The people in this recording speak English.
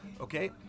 Okay